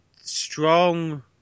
Strong